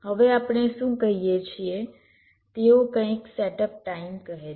હવે આપણે શું કહીએ છીએ તેઓ કંઈક સેટઅપ ટાઇમ કહે છે